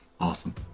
awesome